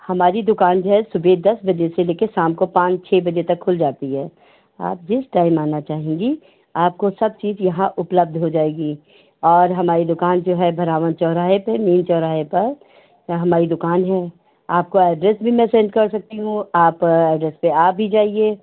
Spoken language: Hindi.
दुकान जो है सुबह दस बजे से लेकर शाम को पाँच छः बजे तक खुल जाती है आप जिस टाइम आना चाहेंगी आपको सब चीज यहाँ उपलब्ध हो जाएगी और हमारी दुकान जो है भरावन चौराहे पर मिल चौराहे पर हमारी दुकान है आपको एड्रेस भी मैं सेंड कर सकती हूँ आप एड्रेस पर आ भी जाइए